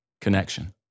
connection